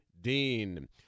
Dean